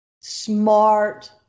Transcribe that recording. smart